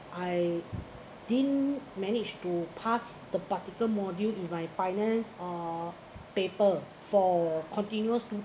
I didn't manage to pass the particle module in my finance or paper for continuous two